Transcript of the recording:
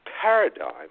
paradigm